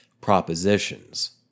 propositions